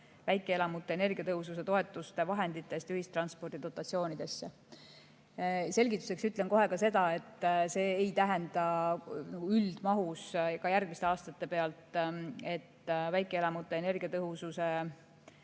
väikeelamute energiatõhususe toetuse vahenditest ühistranspordi dotatsioonidesse. Selgituseks ütlen kohe ka seda, et see ei tähenda üldmahus, ka järgmiste aastate pealt, et väikeelamute energiatõhususe